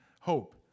hope